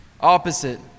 opposite